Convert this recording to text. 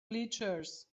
bleachers